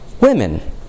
women